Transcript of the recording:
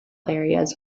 areas